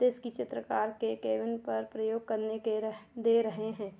देश के चित्रकार के केविन पर प्रयोग करने के रहे दे रहे हैं